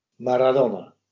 Maradona